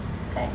kan